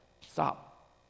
Stop